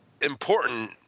important